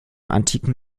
antiken